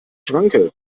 schranke